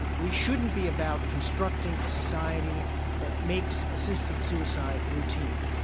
we shouldn't be about constructing a society that makes assisted suicide routine.